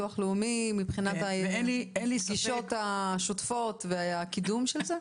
לביטוח לאומי מבחינת הגישות השוטפות והקידום של זה?